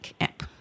app